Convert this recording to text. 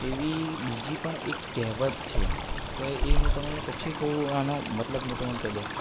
અને એવી બીજી પણ એક કહેવત છે તે એ હું તમને પછી કહું આનો મતલબ હું તમને કહી દઉં